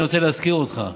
אני רוצה להזכיר אותך: